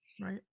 Right